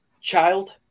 child